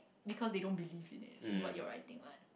because they don't believe in it in what you're writing what